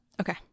Okay